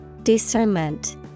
Discernment